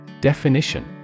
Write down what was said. Definition